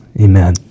Amen